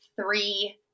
three